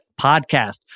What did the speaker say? podcast